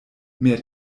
mehr